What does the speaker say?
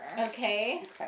Okay